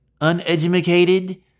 uneducated